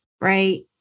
right